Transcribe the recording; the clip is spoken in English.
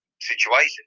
situation